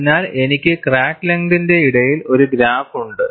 അതിനാൽ എനിക്ക് ക്രാക്ക് ലെങ്തിന്റെ ഇടയിൽ ഒരു ഗ്രാഫ് ഉണ്ട്